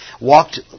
Walked